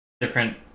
Different